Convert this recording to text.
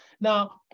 Now